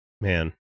Man